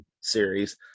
series